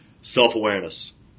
Self-awareness